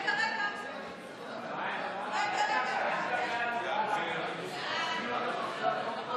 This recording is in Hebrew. ההצעה להעביר את הצעת חוק הסדרת העיסוק במקצועות הטיפול